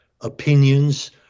opinions